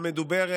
המדוברת